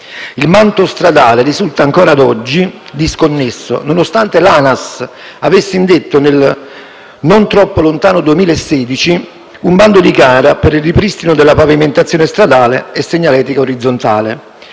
Il manto stradale risulta ancora ad oggi disconnesso, nonostante l'ANAS avesse indetto, nel non troppo lontano 2016, un bando di gara per il ripristino della pavimentazione stradale e della segnaletica orizzontale.